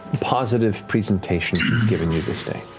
positive presentation she's giving you this day.